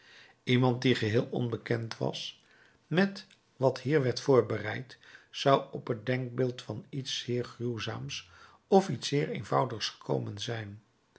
iemand die geheel onbekend was met wat hier werd voorbereid zou op het denkbeeld van iets zeer gruwzaams of iets zeer eenvoudigs gekomen zijn